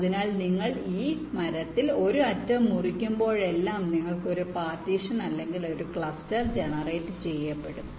അതിനാൽ നിങ്ങൾ ഈ മരത്തിൽ ഒരു അറ്റം മുറിക്കുമ്പോഴെല്ലാം നിങ്ങൾക്ക് ഒരു പാർട്ടീഷൻ അല്ലെങ്കിൽ ക്ലസ്റ്റർ ജനറേറ്റ് ചെയ്യപ്പെടും